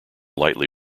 lightly